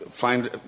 Find